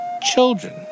children